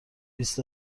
بیست